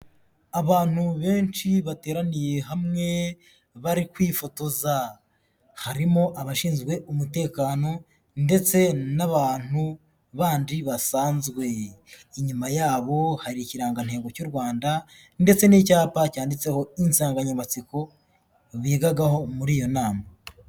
Abantu benshi bateraniye hamwe bari kwifotoza, harimo abashinzwe umutekano ndetse n'abantu bandi basanzwe, inyuma yabo hari ikirangantego cy'u Rwanda, ndetse n'icyapa cyanditseho insanganyamatsiko bigagaho muri iyo nama.